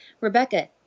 Rebecca